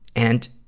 and